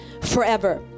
forever